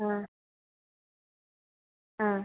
ആ ആ